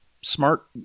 smart